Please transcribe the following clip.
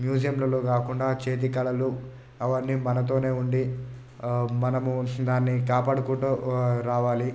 మ్యూజియంలల్లో కాకుండా చేతి కళలు అవన్నీ మనతోనే ఉండి మనము దాన్ని కాపాడుకుంటూ రావాలి